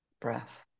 breath